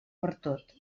pertot